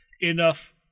enough